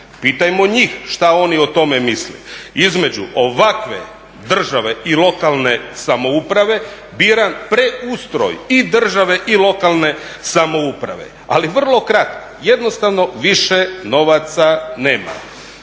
Pitajmo njih šta oni o tome misle. Između ovakve države i lokalne samouprave biram preustroj i države i lokalne samouprave, ali vrlo kratko, jednostavno više novaca nema.